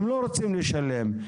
הם לא רוצים לשלם.